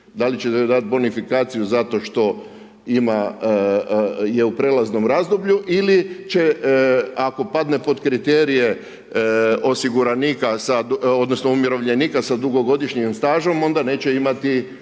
Da li ćete dati bonifikaciju zato što je u prelaznom razdoblju ili će ako padne pod kriterije osiguranika odnosno umirovljenika sa dugogodišnjim stažom, onda neće imati